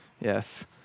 Yes